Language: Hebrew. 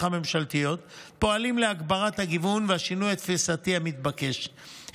הממשלתיות פועלים להגברת הגיוון והשינוי התפיסתי המתבקש,